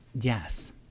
Yes